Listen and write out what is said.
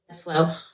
flow